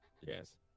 Yes